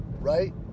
right